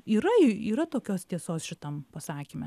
yra yra tokios tiesos šitam pasakyme